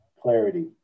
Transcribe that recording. clarity